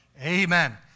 amen